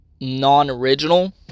non-original